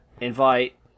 invite